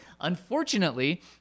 unfortunately